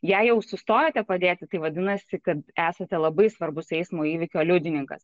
jei jau sustojote padėti tai vadinasi kad esate labai svarbus eismo įvykio liudininkas